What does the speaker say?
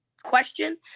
question